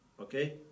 okay